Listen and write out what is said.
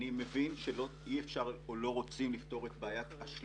אני מבין שאי אפשר או לא רוצים לפתור את בעיית ה-35,000.